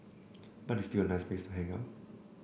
but it's still a nice place to hang out